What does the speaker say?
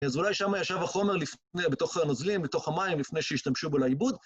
אז אולי שמה ישב החומר לפני, בתוך הנוזלים, בתוך המים, לפני שישתמשו בו לעיבוד.